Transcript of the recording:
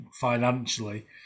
financially